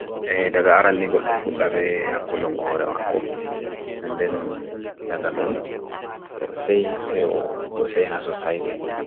Eeh ɗaga aran ni goɗɗo fuɗɗa ɓe hakkilingo hooremaako nɗen ɗaga ɗon se ha society ɓo